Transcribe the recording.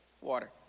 water